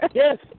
yes